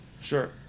sure